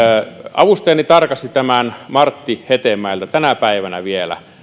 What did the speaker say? avustajani tarkasti tämän martti hetemäeltä tänä päivänä vielä